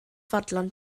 fodlon